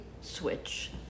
switch